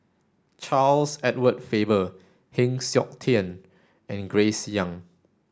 Charles Edward Faber Heng Siok Tian and Grace Young